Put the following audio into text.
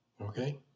Okay